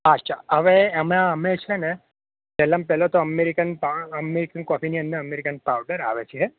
હવે એમાં છે ને પેલા મ પેલા તો અમેરિકન અમેરિકન કોફીની અંદર અમેરિકન પાવડર આવે છે